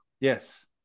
Yes